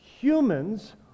Humans